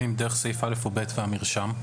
בין אם דרך סעיף (א) או (ב) והמרשם?